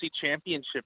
championship